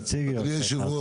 תעשי את זה קצר ומתומצת.